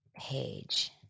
Page